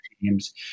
teams